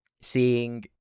Seeing